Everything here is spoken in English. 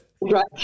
Right